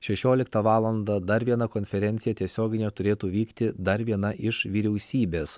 šešioliktą valandą dar viena konferencija tiesioginė turėtų vykti dar viena iš vyriausybės